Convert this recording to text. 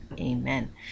amen